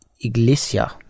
Iglesia